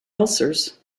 ulcers